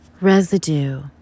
residue